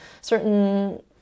certain